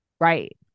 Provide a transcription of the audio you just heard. Right